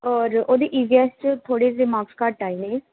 ਔਰ ਉਹਦੇ E V S 'ਚ ਥੋੜ੍ਹੇ ਜਿਹੇ ਮਾਕਸ ਘੱਟ ਆਏ ਨੇ